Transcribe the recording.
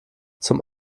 zum